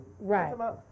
Right